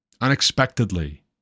unexpectedly